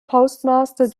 postmaster